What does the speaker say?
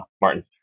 Martin